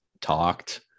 talked